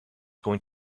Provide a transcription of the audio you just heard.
going